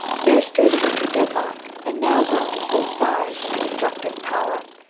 nursed during the winter deadlock and now grown to full size and destructive power.